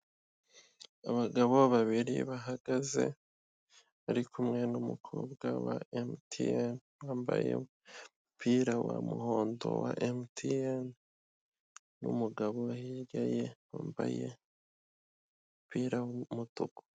Abagabo babiri bahagaze bari kumwe numukobwa wa mt wambaye umupira waumuhondo wa MTN n'umugabo uri hirya ye wambaye umupira w'umutuku.